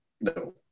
No